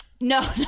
No